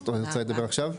אז את רוצה לדבר עכשיו?